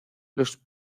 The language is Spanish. los